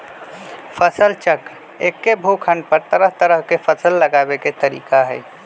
फसल चक्र एक्के भूखंड पर तरह तरह के फसल लगावे के तरीका हए